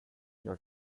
jag